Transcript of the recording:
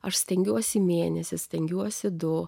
aš stengiuosi mėnesį stengiuosi du